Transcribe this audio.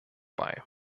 bei